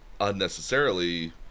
Unnecessarily